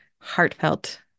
heartfelt